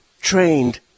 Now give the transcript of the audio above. trained